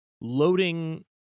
loading